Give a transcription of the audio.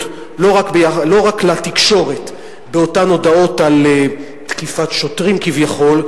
ולא רק לתקשורת באותן הודעות על תקיפת שוטרים כביכול,